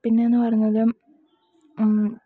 പിന്നെ എന്ന് പറയുന്നത്